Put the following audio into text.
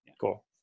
cool